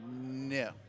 No